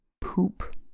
Poop